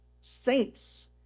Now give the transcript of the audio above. saints